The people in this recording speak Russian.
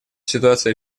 ситуация